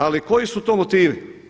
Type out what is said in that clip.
Ali koji su to motivi?